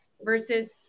versus